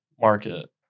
market